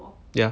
ya